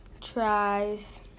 tries